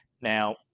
Now